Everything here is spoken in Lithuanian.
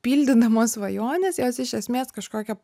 pildydama svajones jos iš esmės kažkokią